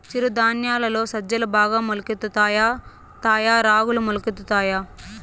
చిరు ధాన్యాలలో సజ్జలు బాగా మొలకెత్తుతాయా తాయా రాగులు మొలకెత్తుతాయా